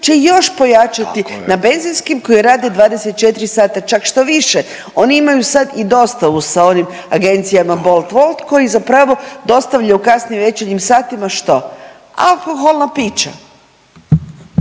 Tako je./… na benzinskim koje rade 24 sata, čak štoviše oni imaju sad i dostavu sa onim agencijama Bolt, Wolt koji zapravo dostavljaju u kasnim večernjim satima što, alkoholna pića.